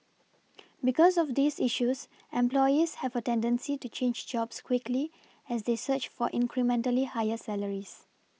because of these issues employees have a tendency to change jobs quickly as they search for incrementally higher salaries